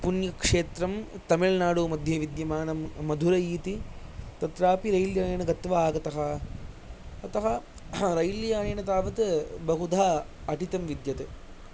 पुण्यक्षेत्रं तमिळ्नाडुमध्ये विद्यमानं मधुरै इति तत्रापि रैलयानेन गत्वा आगतः अतः रैलयानेन तावत् बहुधा अटितं विद्यते